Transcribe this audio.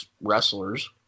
wrestlers